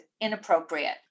inappropriate